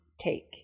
take